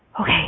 okay